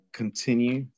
continue